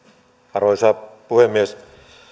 arvoisa puhemies